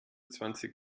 zwanzig